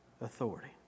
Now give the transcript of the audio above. authority